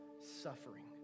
Suffering